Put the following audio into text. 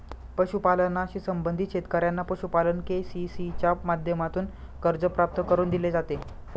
पशुपालनाशी संबंधित शेतकऱ्यांना पशुपालन के.सी.सी च्या माध्यमातून कर्ज प्राप्त करून दिले जाते